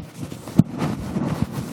בבקשה.